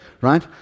right